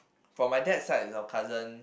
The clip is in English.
for my dad's side the cousins